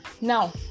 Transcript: Now